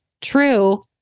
true